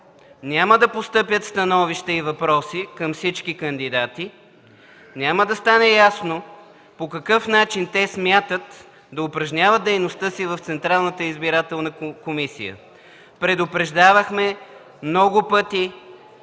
няма да постъпят становища и въпроси към всички кандидати, няма да стане ясно по какъв начин те смятат да упражняват дейността си в Централната избирателна комисия. Предупреждавахме много пъти,